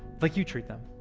like you treat them.